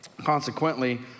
consequently